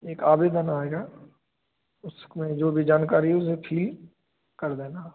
एक आवेदन आएगा उसमें जो भी जानकारी उसे फी कर देना